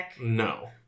No